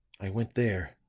i went there.